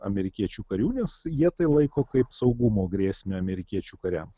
amerikiečių karių nes jie tai laiko kaip saugumo grėsmę amerikiečių kariams